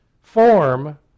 form